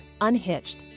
Unhitched